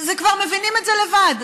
כבר מבינים את זה לבד.